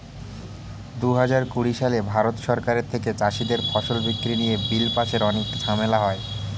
দুহাজার কুড়ি সালে ভারত সরকারের থেকে চাষীদের ফসল বিক্রি নিয়ে বিল পাশে অনেক ঝামেলা হয়